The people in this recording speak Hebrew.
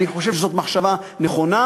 אני חושב שזאת מחשבה נכונה,